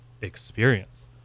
experience